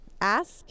Ask